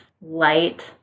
light